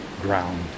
ground